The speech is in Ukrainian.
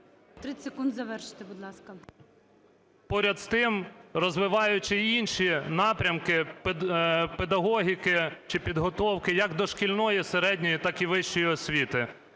…поряд з тим, розвиваючи й інші напрямки педагогіки чи підготовки, як дошкільної, середньої, так і вищої освіти.